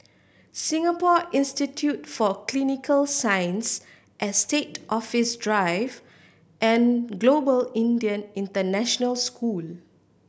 Singapore Institute for Clinical Sciences Estate Office Drive and Global Indian International School